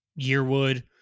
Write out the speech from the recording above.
yearwood